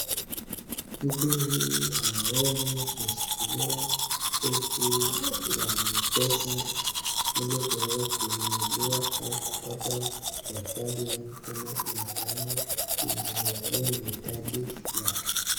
Mtu huyu ameweza kushikilia elfu za mapesa ili kuweza kununulia ama kupata maihitaji yake kama binadamu, kujinunulia mahitaji yake.